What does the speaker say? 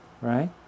right